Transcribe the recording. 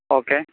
okay